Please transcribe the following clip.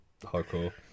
hardcore